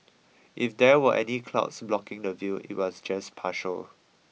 if there were any clouds blocking the view it was just partial